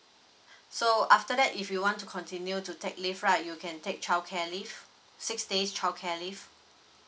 so after that if you want to continue to take leave right you can take childcare leave six days childcare leave